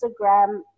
instagram